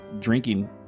drinking